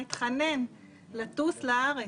התחנן לטוס לארץ.